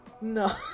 No